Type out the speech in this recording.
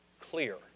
clear